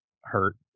hurt